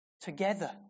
together